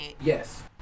Yes